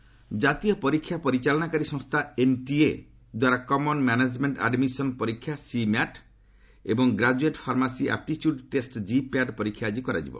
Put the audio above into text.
C mat GPAT ଜାତୀୟ ପରୀକ୍ଷା ପରିଚାଳନାକାରୀ ସଂସ୍ଥା ଏନ୍ଟିଏ ଦ୍ୱାରା କମନ୍ ମ୍ୟାନେଜ୍ମେଣ୍ଟ ଆଡମିଶନ୍ ପରୀକ୍ଷା ସି ମ୍ୟାଟ୍ ଏବଂ graduate pharmacy aptitude test GPAT ପରୀକ୍ଷା ଆଜି କରାଯିବ